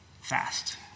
fast